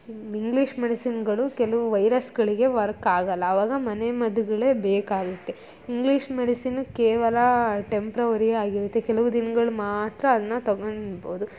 English ಮೆಡಿಸಿನ್ಗಳು ಕೆಲವು ವೈರಸ್ಗಳಿಗೆ ವರ್ಕ್ ಆಗಲ್ಲ ಆವಾಗ ಮನೆ ಮದ್ದುಗಳೇ ಬೇಕಾಗುತ್ತೆ ಇಂಗ್ಲೀಷ್ ಮೆಡಿಸಿನ್ ಕೇವಲ ಟೆಂಪ್ರವರಿ ಆಗಿರುತ್ತೆ ಕೆಲವು ದಿನಗಳು ಮಾತ್ರ ಅದನ್ನು ತೊಗೊಳ್ಬಹುದು